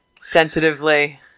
sensitively